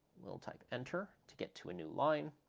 we'll type enter to get to a new line,